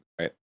right